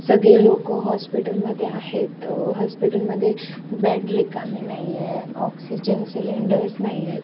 सगळे लोक हॉस्पिटलमध्ये आहेत हॉस्पिटलमध्ये बेड रिकामे नाही आहे ऑक्सिजन सिलेंडर्स नाही आहेत